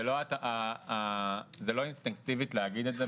זה לא אינסטינקטיבי להגיד את זה,